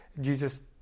Jesus